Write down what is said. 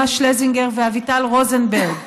ראומה שלזינגר ואביטל רוזנברג,